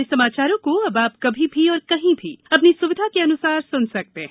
हमारे समाचारों को अब आप कभी भी और कहीं भी अपनी सुविधा के अनुसार सुन सकते हैं